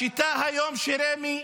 השיטה היום של רמ"י,